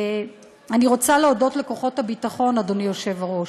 אני רוצה להודות לכוחות הביטחון, אדוני היושב-ראש,